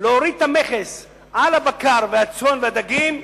להוריד את המכס על הבקר והצאן והדגים,